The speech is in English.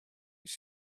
they